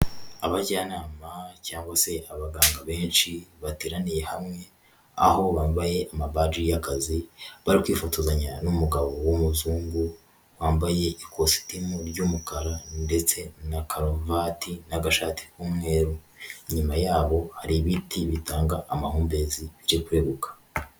Abajyanama cyangwa se abaganga benshi bateraniye hamwe, aho bambaye amabaji y'akazi, bari kwifotozanya n'umugabo w'umuzungu, wambaye ikositimu ry'umukara ndetse na karuvati n'agashati k'umweru, inyuma yabo hari ibiti bitanga amahumbezi biri kureguka.